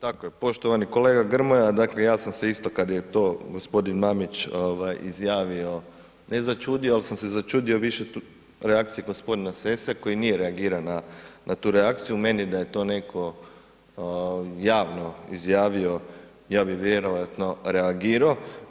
Dakle, poštovani kolega Grmoja, dakle ja sam se isto kada je to g. Mamić izjavio ne začudio, ali sam se začudio više reakciji g. Sesse koji nije reagirao na tu reakciju, meni da je to netko javno izjavio ja bih vjerojatno reagirao.